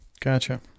gotcha